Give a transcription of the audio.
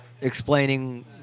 Explaining